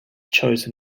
chosen